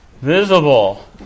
Visible